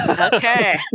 Okay